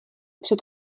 před